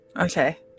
Okay